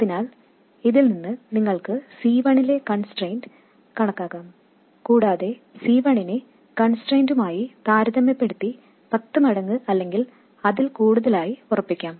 അതിനാൽ ഇതിൽ നിന്ന് നിങ്ങൾക്ക് C1 ലെ കൺസ്ട്രെയിന്റ് കണക്കാക്കാം കൂടാതെ C1 നെ കൺസ്ട്രെയിന്റുമായി താരതമ്യപ്പെടുത്തി പത്ത് മടങ്ങ് അല്ലെങ്കിൽ അതിൽ കൂടുതലായി ഉറപ്പിക്കാം